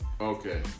Okay